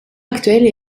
actuelle